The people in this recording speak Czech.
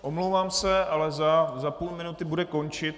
Omlouvám se, ale za půl minuty bude končit.